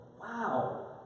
Wow